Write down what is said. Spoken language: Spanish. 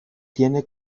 tiene